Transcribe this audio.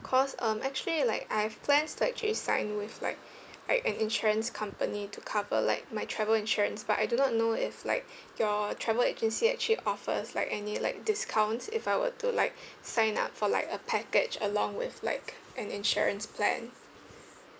cause um actually like I've plans to actually sign with like like an insurance company to cover like my travel insurance but I do not know if like your travel agency actually offers like any like discounts if I were to like sign up for like a package along with like an insurance plan